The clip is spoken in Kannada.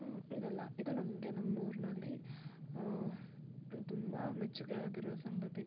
ಹ್ಞೂ ಇದೆಲ್ಲ ಇದು ನಮಗೆ ನಮ್ಮೂರಿನಲ್ಲಿ ತುಂಬ ಮೆಚ್ಚುಗೆ ಆಗಿರುವ ಸಂಗತಿ